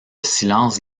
silence